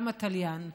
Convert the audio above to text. גם התליין,